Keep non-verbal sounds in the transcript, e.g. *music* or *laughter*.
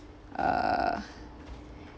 uh *breath*